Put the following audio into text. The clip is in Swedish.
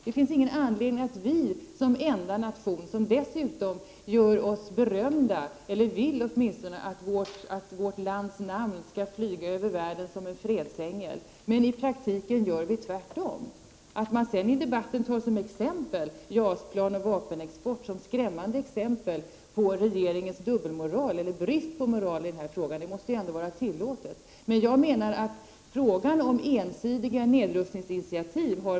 Det finns ingen anledning att vi som enda nation — vi som dessutom gör oss berömda för, eller åtminstone vill att vårt lands namn skall flyga över världen som en fredsängel — skall göra som vi i praktiken gör, nämligen tvärtom. Att man sedan i debatten tar upp JAS-plan och vapenexport såsom skrämmande exempel på regeringens brist på moral i denna fråga, måste väl ändå vara tillåtet. Jag menar att vi i vår motion har belyst frågan om ensidiga nedrustningsinitiativ.